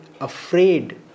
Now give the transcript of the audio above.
afraid